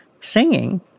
singing